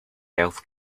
health